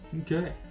Okay